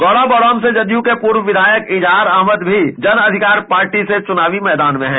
गौरा बौड़ाम से जदयू के पूर्व विधायक इजहार अहमद भी जन अधिकार पार्टी से चुनावी मैदान में हैं